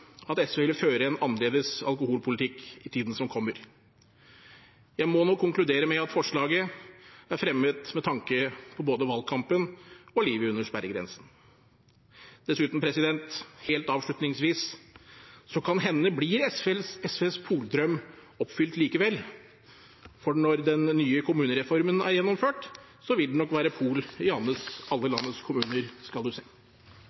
at SV vil føre en annerledes alkoholpolitikk i tiden som kommer. Jeg må nok konkludere med at forslaget er fremmet med tanke på både valgkampen og livet under sperregrensen. Dessuten, helt avslutningsvis: Kan hende blir SVs poldrøm oppfylt likevel, for når den nye kommunereformen er gjennomført, vil det nok være pol i alle landets kommuner, skal du se.